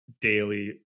daily